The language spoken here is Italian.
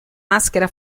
maschera